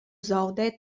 zaudēt